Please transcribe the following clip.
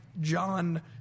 John